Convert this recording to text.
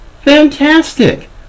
fantastic